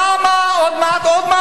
סל התרופות, למה, עוד מעט,